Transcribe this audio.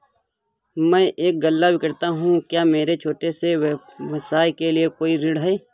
मैं एक गल्ला विक्रेता हूँ क्या मेरे छोटे से व्यवसाय के लिए कोई ऋण है?